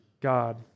God